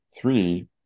three